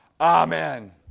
Amen